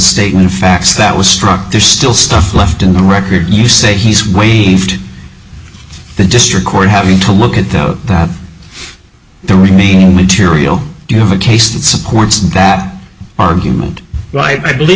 statement of facts that was struck there's still stuff left in the record you say he's waived the district court having to look at the remaining material you have a case that supports that argument right i believe